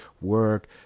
work